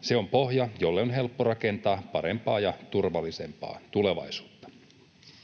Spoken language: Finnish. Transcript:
Se on pohja, jolle on helppo rakentaa parempaa ja turvallisempaa tulevaisuutta.